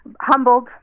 Humbled